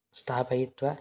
स्थापयित्वा